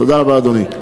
תודה רבה, אדוני.